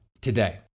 today